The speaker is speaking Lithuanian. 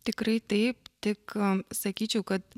tikrai taip tik sakyčiau kad